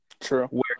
True